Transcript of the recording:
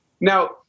Now